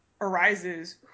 arises